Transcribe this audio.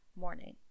morning